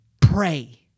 Pray